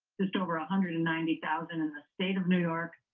just over a hundred and ninety thousand in the state of new york,